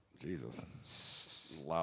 Jesus